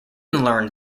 learned